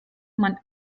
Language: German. man